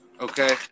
Okay